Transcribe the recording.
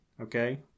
Okay